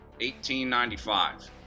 1895